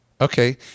Okay